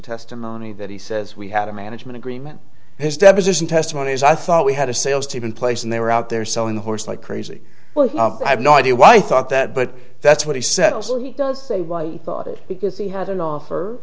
testimony that he says we had a management agreement his deposition testimony is i thought we had a sales team in place and they were out there selling the horse like crazy well i have no idea why i thought that but that's what he said also he does say why he thought it because he had an offer